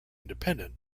independent